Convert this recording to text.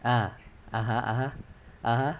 ah (uh huh) (uh huh) (uh huh)